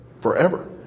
forever